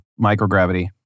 microgravity